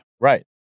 Right